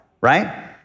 right